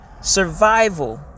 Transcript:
survival